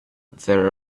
there